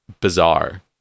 bizarre